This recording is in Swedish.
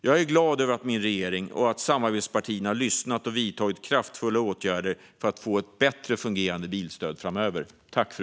Jag är glad över att min regering och samarbetspartierna har lyssnat och vidtagit kraftfulla åtgärder för att få ett bättre fungerande bilstöd framöver.